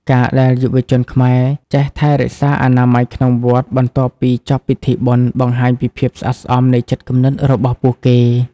ការដែលយុវវ័យខ្មែរចេះ "ថែរក្សាអនាម័យក្នុងវត្ត" បន្ទាប់ពីចប់ពិធីបុណ្យ បង្ហាញពីភាពស្អាតស្អំនៃចិត្តគំនិតរបស់ពួកគេ។